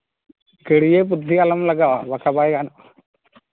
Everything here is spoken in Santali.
ᱜᱟᱹᱲᱭᱟᱹ ᱵᱩᱫᱽᱫᱷᱤ ᱟᱞᱚᱢ ᱞᱟᱜᱟᱣᱟ ᱵᱟᱠᱷᱟᱡ ᱵᱟᱭ ᱜᱟᱱᱚᱜᱼᱟ